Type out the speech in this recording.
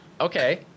Okay